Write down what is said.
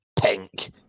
pink